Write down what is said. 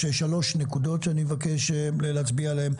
יש שלוש נקודות שאני מבקש להצביע עליהן.